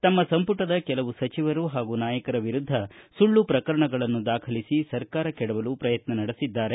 ತಮ್ಮ ಸಂಪುಟದ ಕೆಲವು ಸಚಿವರು ಹಾಗೂ ನಾಯಕರ ವಿರುದ್ಧ ಸುಳ್ಳು ಪ್ರಕರಣಗಳನ್ನು ದಾಖಲಿಸಿ ಸರ್ಕಾರ ಕೆಡವಲು ಪ್ರಯತ್ನ ನಡೆಸಿದ್ದಾರೆ